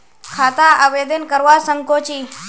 खाता आवेदन करवा संकोची?